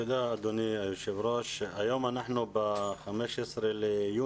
תודה, אדוני היושב-ראש, היום אנחנו ב-15 ליוני.